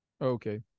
okay